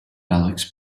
alex